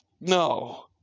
no